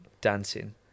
dancing